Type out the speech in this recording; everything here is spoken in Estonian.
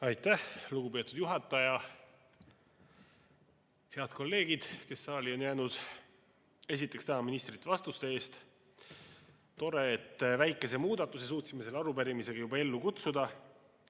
Aitäh, lugupeetud juhataja! Head kolleegid, kes saali on jäänud! Esiteks tänan ministrit vastuste eest. Tore, et väikese muudatuse suutsime selle arupärimisega juba ellu kutsuda.